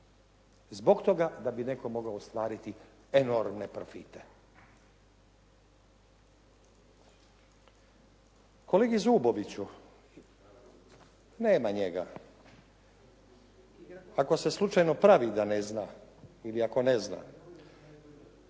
zbog toga da bi netko mogao ostvariti enormne profite. Kolegi Zuboviću, nema njega. Ako se slučajno pravo da ne zna ili ako ne zna,